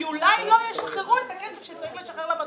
כי אולי לא ישחררו את הכסף שצריך לשחרר למטוס.